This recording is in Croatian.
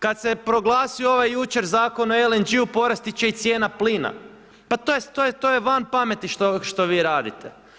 Kada se proglasio ovaj jučer Zakon o LNG-u porasti će i cijena plina, pa to je van pameti što vi radite.